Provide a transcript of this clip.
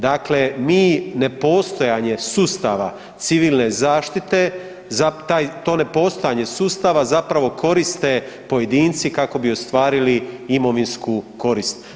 Dakle, mi ne postojanje sustava civilne zaštite, to ne postojanje sustava zapravo koriste pojedinci kako bi ostvarili imovinsku korist.